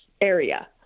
area